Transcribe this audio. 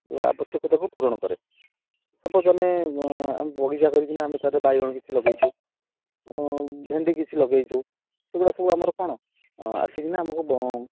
ଆବଶ୍ୟକତାକୁ ପୂରଣ କରେ ସପୋଜ୍ ଆମେ ବଗିଚା କରିକିନା ଆମେ ତା'ର ବାଇଗଣ କିଛି ଲଗାଇଛୁ ଭେଣ୍ଡି କିଛି ଲଗାଇଛୁ ସେଗୁଡ଼ା ସବୁ ଆମର କ'ଣ ଆସିକିନା ଆମକୁ